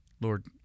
Lord